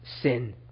sin